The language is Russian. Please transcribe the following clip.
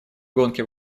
гонки